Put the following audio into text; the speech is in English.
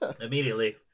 Immediately